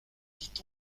dit